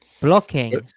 blocking